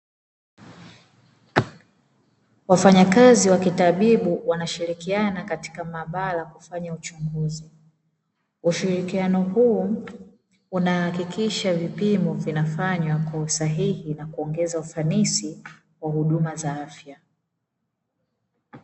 Wafanyakazi wa kitabibu wanashirikiana katika maabara kufanya uchunguzi, ushirikiano huu unahakikisha vipimo vinafanywa kwa usahihi na kuongeza ufanisi wa huduma za afya.